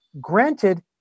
granted